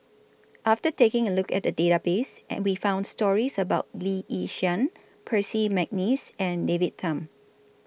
after taking A Look At The Database We found stories about Lee Yi Shyan Percy Mcneice and David Tham